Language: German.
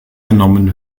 genommen